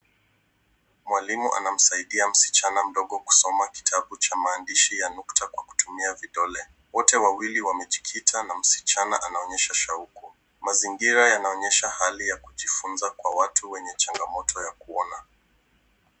Mwalimu anamsaidia msichana mdogo kusoma kitabu cha maandishi ya nukta kwa kutumia vidole. Wote wawili wamejikita na msichana anaonyesha shauku. Mazingira yanaonyesha hali ya kujifunza kwa watu wenye changamoto ya kuona.